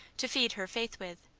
to feed her faith with.